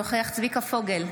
אינו נוכח צביקה פוגל,